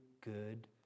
good